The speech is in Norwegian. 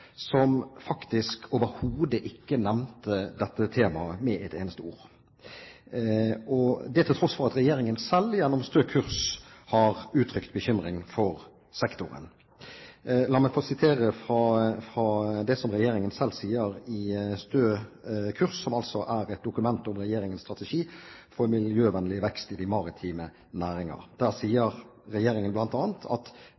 overhodet ikke nevnte dette temaet med et eneste ord, det til tross for at regjeringen selv gjennom Stø kurs har uttrykt bekymring for sektoren. La meg få sitere fra det som regjeringen selv sier i Stø kurs, som altså er et dokument om regjeringens strategi for miljøvennlig vekst i de maritime næringer. Der